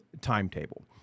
timetable